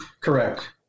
Correct